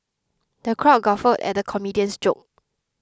the crowd guffawed at the comedian's jokes